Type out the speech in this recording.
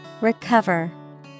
Recover